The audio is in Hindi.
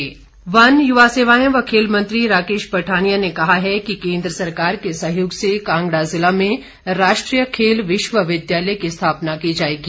राकेश पठानिया वन युवा सेवाएं व खेल मंत्री राकेश पठानिया ने कहा है कि केंद्र सरकार के सहयोग से कांगड़ा जिला में राष्ट्रीय खेल विश्वविद्यालय की स्थापना की जाएगी